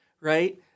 right